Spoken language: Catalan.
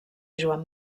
joan